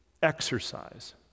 exercise